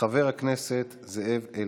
חבר הכנסת זאב אלקין.